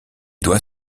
doit